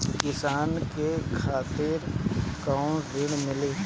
किसान के खातिर कौन ऋण मिली?